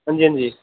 हांजी हांजी